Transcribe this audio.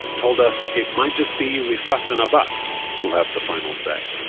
told us it might just be rifat and abbas who'll have the final say